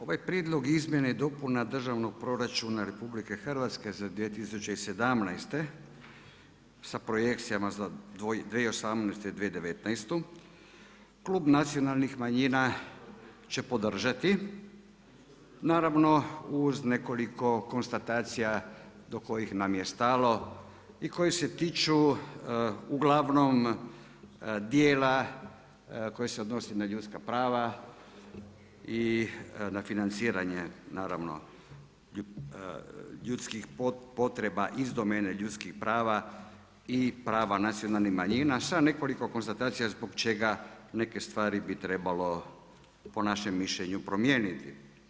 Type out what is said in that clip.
Ovaj prijedlog izmjene i dopuna državnog proračuna RH za 2017. sa projekcijama za 2018. i 2019., klub nacionalnih manjina će podržati naravno uz nekoliko konstatacija do koji nam je stalo i koje se tiču uglavnom djela koji se odnosi na ljudskih prava i na financirane ljudskih prava iz domene ljudskih prava i prava nacionalnih manjina sa nekoliko konstatacija zbog čega neke stvari bi trebalo po našem mišljenju promijeniti.